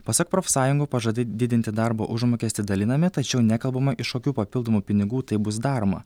pasak profsąjungų pažadai didinti darbo užmokestį dalinami tačiau nekalbama iš kokių papildomų pinigų tai bus daroma